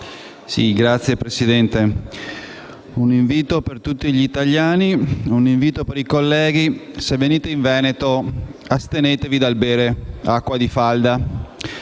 Signora Presidente, un invito per tutti gli italiani, un invito per i colleghi: se venite in Veneto, astenetevi dal bere acqua di falda.